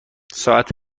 ساعت